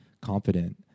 confident